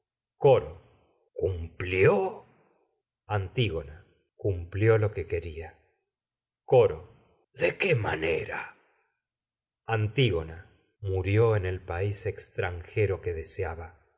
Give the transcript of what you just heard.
coro cumplió antígona coro cumplió lo que quería de qué manera antígona murió en el país extranjero que desea